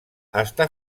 està